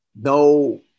no